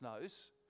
knows